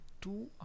two